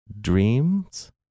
dreams